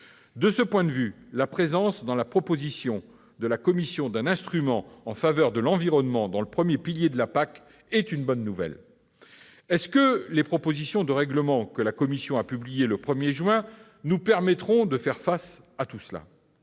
De ce point de vue, la présence dans la proposition de la Commission européenne d'un instrument en faveur de l'environnement dans le premier pilier de la PAC est une bonne nouvelle. Les propositions de règlement que la Commission européenne a publiées le 1 juin nous permettront-elles de faire tout cela